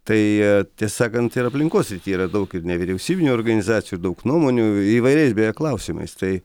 tai tiesą sakant ir aplinkos srityje yra daug ir nevyriausybinių organizacijų ir daug nuomonių įvairiais klausimais tai